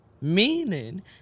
Meaning